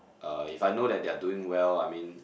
uh if I know that they are doing well I mean